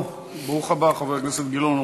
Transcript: ברוך הבא, חבר הכנסת גילאון.